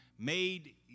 made